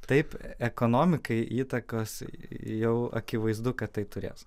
taip ekonomikai įtakos jau akivaizdu kad tai turės